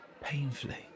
Painfully